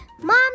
Mom